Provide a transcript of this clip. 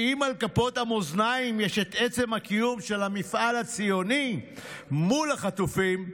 כי אם על כפות המאזניים יש את עצם הקיום של המפעל הציוני מול החטופים,